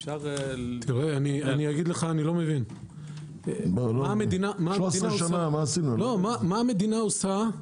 אני לא מבין - מה המדינה עושה?